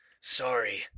sorry